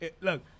look